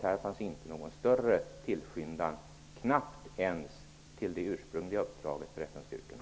Här fanns ingen större tillskyndan, inte ens för det ursprungliga uppdraget för FN-styrkorna.